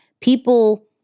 people